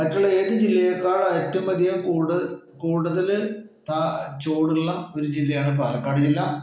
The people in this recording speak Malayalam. മറ്റുള്ള ഏത് ജില്ലയേക്കാളും ഏറ്റവും അധികം കൂട് കൂടുതല് ചൂടുള്ള ഒരു ജില്ലയാണ് പാലക്കാട് ജില്ല